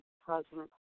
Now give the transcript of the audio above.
president